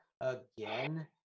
again